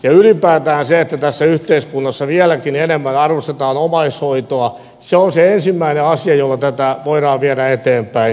ylipäätään se että tässä yhteiskunnassa vieläkin enemmän arvostetaan omaishoitoa on se ensimmäinen asia jolla tätä voidaan viedä eteenpäin